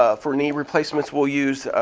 ah for knee replacements, we'll use